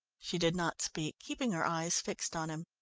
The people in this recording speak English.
she did not speak, keeping her eyes fixed on him.